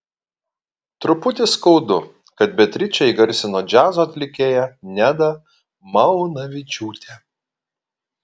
truputį skaudu kad beatričę įgarsino džiazo atlikėja neda malūnavičiūtė